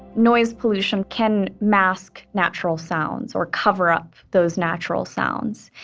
noise pollution can mask natural sounds or cover up those natural sounds.